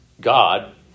God